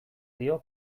dio